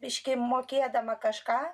biškį mokėdama kažką